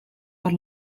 per